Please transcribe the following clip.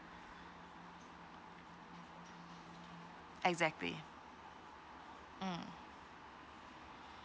exactly mm